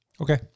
okay